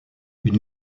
une